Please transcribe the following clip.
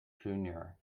junior